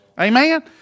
Amen